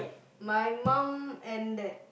my mum and that